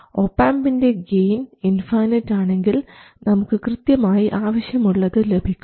ഒപാംപിൻറെ gain infinite ആണെങ്കിൽ നമുക്ക് കൃത്യമായി ആവശ്യമുള്ളത് ലഭിക്കും